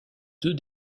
deux